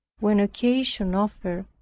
when occasion offered,